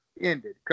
ended